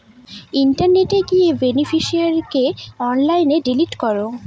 ইন্টারনেটে গিয়ে বেনিফিশিয়ারিকে অনলাইনে ডিলিট করো